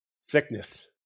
Sickness